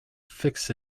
fix